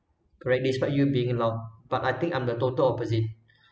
correctly that's why you being alone but I think I'm the total opposite